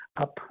up